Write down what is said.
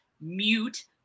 mute